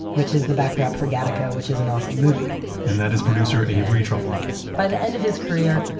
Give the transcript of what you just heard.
which is the backdrop for gattaca, which is an awesome movie and that is producer avery trufelman by the end of his career,